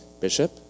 Bishop